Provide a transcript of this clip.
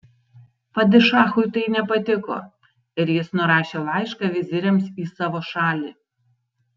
padišachui tai nepatiko ir jis nurašė laišką viziriams į savo šalį